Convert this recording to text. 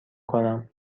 کنم